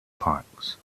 parks